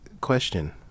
question